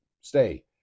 stay